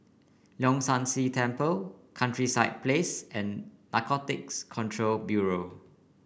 Leong San See Temple Countryside Place and Narcotics Control Bureau